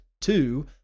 two